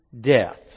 death